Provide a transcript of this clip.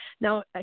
Now